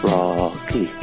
Rocky